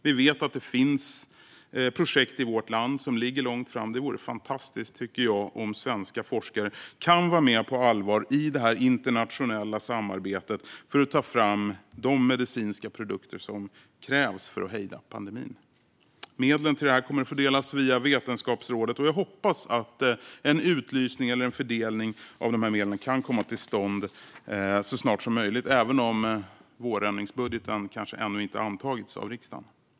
Vi vet att det finns projekt i vårt land som ligger långt fram. Det vore fantastiskt om svenska forskare kunde vara med på allvar i det internationella samarbetet för att ta fram de medicinska produkter som krävs för att hejda pandemin. Medlen till detta kommer att fördelas via Vetenskapsrådet. Jag hoppas att utlysning och fördelning av medlen kan komma till stånd så snart som möjligt, även om vårändringsbudgeten ännu inte antagits av riksdagen.